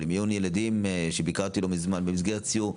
למיון ילדים שביקרתי לא מזמן במסגרת סיור,